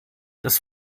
das